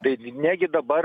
taigi negi dabar